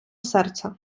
серце